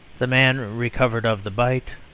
the man recovered of the bite,